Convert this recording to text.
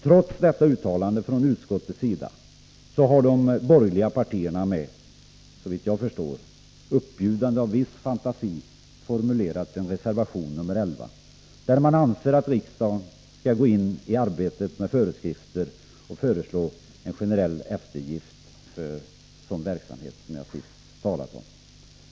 Trots detta uttalande från utskottets sida har de borgerliga partierna med, såvitt jag förstår, uppbjudande av viss fantasi formulerat reservation nr 11, där man anser att riksdagen skall gå in i arbetet med föreskrifter och föreslå en generell eftergift.